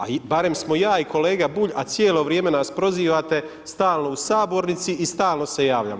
A barem smo ja i kolega Bulj, a cijelo vrijeme nas prozivate stalno u sabornici i stalno se javljamo.